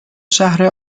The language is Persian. شهر